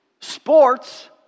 sports